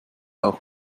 auch